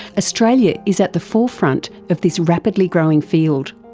australia is at the forefront of this rapidly growing field.